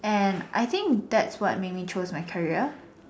and I think that's what made me choose my career